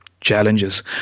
challenges